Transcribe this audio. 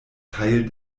teil